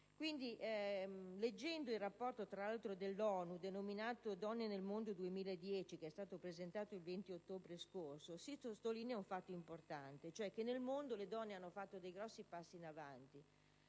vita. Nel rapporto dell'ONU «Donne nel mondo 2010», che è stato presentato il 28 ottobre scorso, si sottolinea un fatto importante, cioè che nel mondo le donne hanno fatto dei grandi passi in avanti